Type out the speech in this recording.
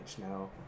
No